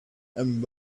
and